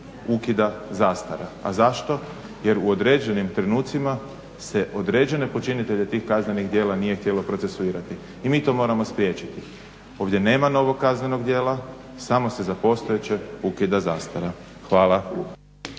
ukida zastara, a zašto jer u određenim trenucima se određene počinitelje tih kaznenih djela nije htjelo procesuirati. I mi to moramo spriječiti. Ovdje nema novog kaznenog djela, samo se za postojeće ukida zastara. Hvala.